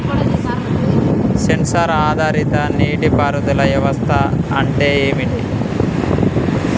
Censor ఆధారిత నీటి పారుదల వ్యవస్థ అంటే ఏమిటి?